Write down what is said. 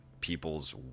people's